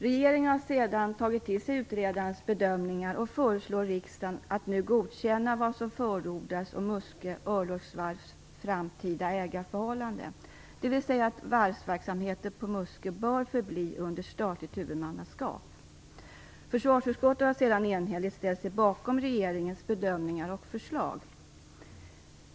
Regeringen har tagit till sig utredarens bedömningar och föreslår riksdagen att nu godkänna vad som förordas om Muskö örlogsvarvs framtida ägarförhållande, dvs. att varvsverksamheten på Muskö bör förbli under statligt huvudmannaskap. Försvarsutskottet har sedan enhälligt ställt sig bakom regeringens bedömningar och förslag.